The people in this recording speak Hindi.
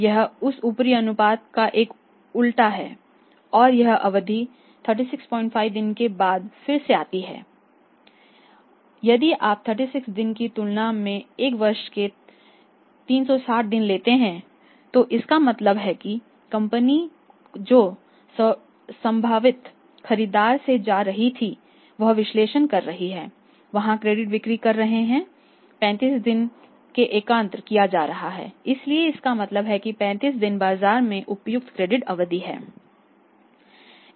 यह उस ऊपरी अनुपात का एक उल्टा है और यह अवधि 365 दिनों के बाद फिर से आती है यदि आप 36 दिनों की तुलना में एक वर्ष में 360 दिन लेते हैं तो इसका मतलब है कि कंपनी जो संभावित खरीदार से जा रही है वह विश्लेषण कर रही है वहाँ क्रेडिट बिक्री कर रहे हैं 35 दिनों में एकत्र किया जा रहा है इसलिए इसका मतलब है कि 35 दिन बाजार में उपयुक्त क्रेडिट अवधि है